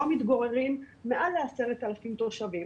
בן מתגוררים מעל ל- 10,000 תושבים.